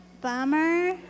bummer